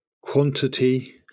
quantity